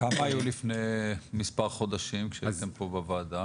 כמה היו לפני מספר חודשים כשהייתם פה בוועדה,